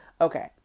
okay